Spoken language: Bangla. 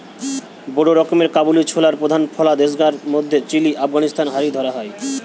বড় রকমের কাবুলি ছোলার প্রধান ফলা দেশগার মধ্যে চিলি, আফগানিস্তান হারি ধরা হয়